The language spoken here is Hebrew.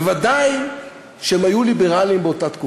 ודאי שהיו ליברליים באותה תקופה,